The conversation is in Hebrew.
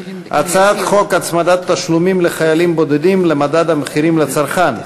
הצעת חוק הצמדת תשלומים לחיילים בודדים למדד המחירים לצרכן,